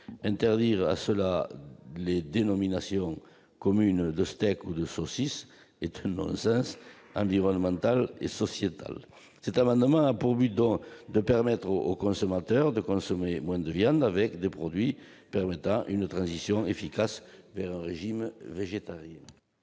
Interdire les dénominations communes de « steak » ou de « saucisse » est un non-sens environnemental et sociétal. Cet amendement a pour objet de permettre aux consommateurs de consommer moins de viande, avec des produits permettant une transition efficace vers un régime végétarien.